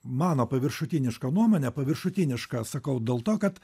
mano paviršutiniška nuomone paviršutiniška sakau dėl to kad